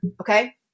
okay